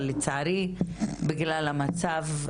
אבל לצערי בגלל המצב,